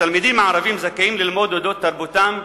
התלמידים הערבים זכאים ללמוד על-אודות תרבותם,